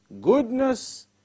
goodness